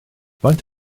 faint